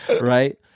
right